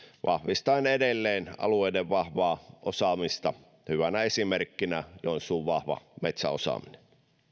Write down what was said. vahvistavat edelleen alueiden vahvaa osaamista hyvänä esimerkkinä joensuun vahva metsäosaaminen